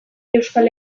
euskal